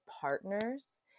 partners